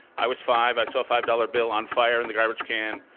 i was five. i saw a five dollar bill on fire in the garbage can.